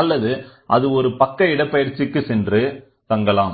அல்லது அது ஒரு பக்க இடர்பெயர்ச்சிக்கு சென்று தங்கலாம்